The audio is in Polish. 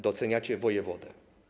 Doceniacie wojewodę.